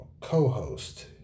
co-host